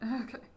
okay